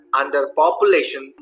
underpopulation